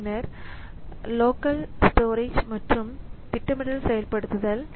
பின்னர் local storage மற்றும் திட்டமிடல் செயல்படுத்தல்